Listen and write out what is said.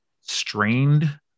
strained